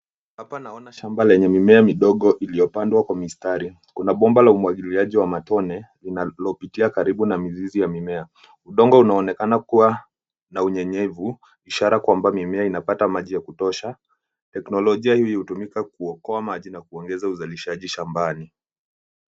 Hapa naona hamba lenye mimea midogo iliyopandwa kwa mistari. Kuna bomba la umwagiliaji wa matone inayopitia karibu na mizizi ya mimea. Udongo unaonekana kuwa na unyenyevu ishara kuwa mimea inapata maji ya kutosha. Teknolojia hii hutumia kuokoa maji na kuongeza usalishaji nyumabani.